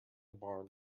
barn